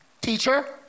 Teacher